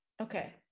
okay